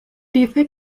dice